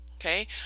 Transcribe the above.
Okay